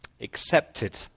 accepted